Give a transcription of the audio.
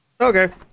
Okay